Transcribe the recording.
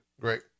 Great